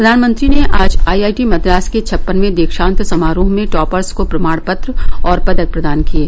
प्रधानमंत्री ने आज आईआईटी मद्रास के छप्पनये दीक्षान्त समारोह में टॉपर्स को प्रमाणपत्र और पदक प्रदान किये